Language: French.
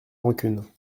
rancune